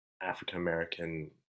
African-American